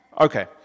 Okay